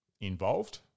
involved